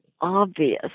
obvious